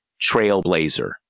trailblazer